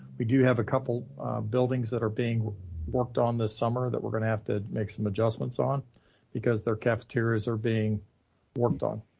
we do have a couple buildings that are being worked on this summer that we're gonna have to make some adjustments on because their cafeterias are being worked on.